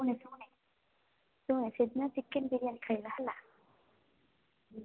ଶୁଣେ ଶୁଣେ ଶୁଣେ ସେଦିନ ଚିକେନ ବିରିୟାନୀ ଖାଇବା ହେଲା